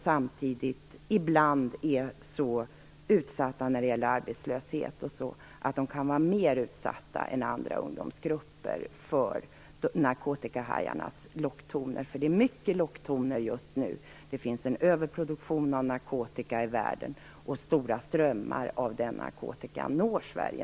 Samtidigt är de så utsatta när det gäller arbetslöshet att de också kan vara mer utsatta än andra ungdomsgrupper för narkotikahajarnas locktoner. Det är mycket locktoner just nu. Det finns en överproduktion av narkotika i världen, och stora strömmar av denna narkotika når nu Sverige.